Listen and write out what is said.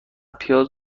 پیاز